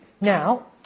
Now